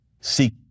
seek